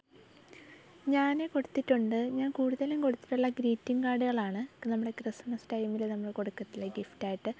ഞാൻ കൊടുത്തിട്ടുണ്ട് ഞാൻ കൂടുതലും കൊടുത്തിട്ടുള്ളത് ഗ്രീറ്റിങ്ങ് കാർഡുകളാണ് ഇപ്പം നമ്മുടെ ക്രിസ്മസ് ടൈമിൽ നമ്മൾ കൊടുക്കത്തില്ലെ ഗിഫ്റ്റ് ആയിട്ട്